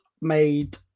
made